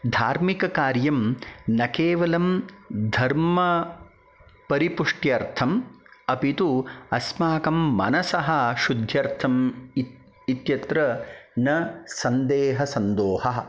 धार्मिककार्यं न केवलं धर्मपरिपुष्ट्यर्थम् अपि तु अस्माकं मनसः शुद्धर्थम् इत् इत्यत्र न सन्देहः सन्दोहः